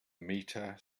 meter